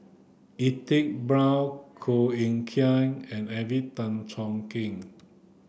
Edwin Brown Koh Eng Kian and Alvin Tan Cheong Kheng